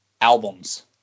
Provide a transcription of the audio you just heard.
albums